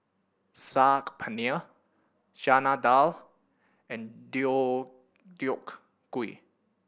Saag Paneer Chana Dal and Deodeok Gui